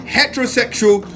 heterosexual